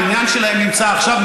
העניין שלהם נמצא עכשיו,